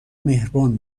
مهربان